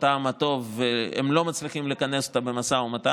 הטעם הטוב והם לא מצליחים לכנס אותם במשא ומתן,